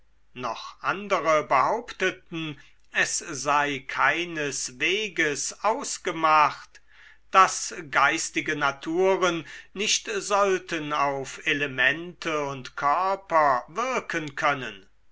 noch andere behaupteten es sei keinesweges ausgemacht daß geistige naturen nicht sollten auf elemente und körper wirken können